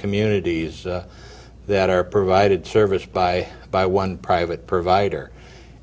communities that are provided service by by one private provider